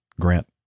Grant